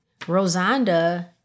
Rosanda